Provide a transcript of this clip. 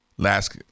Last